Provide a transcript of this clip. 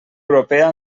europea